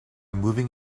moving